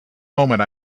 moment